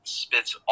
spits